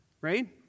right